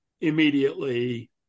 immediately